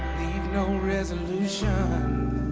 leave no resolution